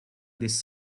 this